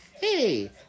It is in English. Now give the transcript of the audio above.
Hey